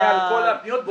עונה על כל הפניות.